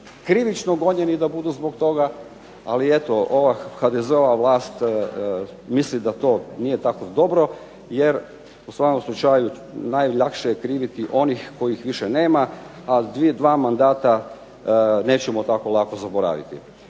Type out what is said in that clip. krivično gonjeni da budu zbog toga. Ali eto ova HDZ-ova vlast misli da to nije tako dobro jer u svakom slučaju najlakše je krivit onih kojih više nema, a dva mandata nećemo tako lako zaboraviti.